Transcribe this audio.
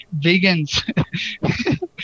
vegans